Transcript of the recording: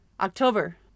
October